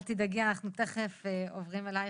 אל תדאגי אנחנו תיכף עוברים אלייך,